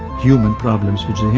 human problems which